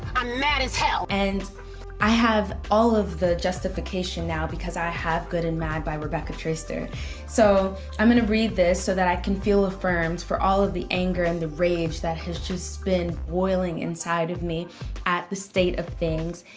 i'm mad as hell! and i have all of the justification now because i have good and mad by rebecca traister so i'm gonna read this so that i can feel affirmed for all of the anger and the rage that has just been boiling inside of me at the state of things.